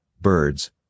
birds